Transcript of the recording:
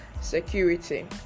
security